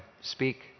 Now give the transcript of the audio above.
speak